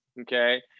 okay